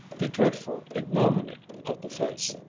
the dreadful ignominy of the face.